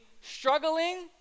struggling